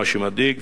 מה שמדאיג,